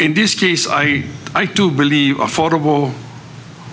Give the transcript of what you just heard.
in this case i do believe affordable